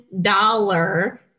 dollar